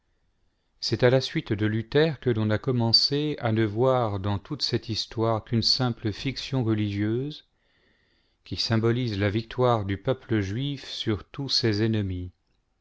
c'est à la suite de luther que l'on a commencé a ne voir dans toute cette histoire qu'une simple fiction religieuse qui symbolise la victoire du peuple juif sur tous ses ennemis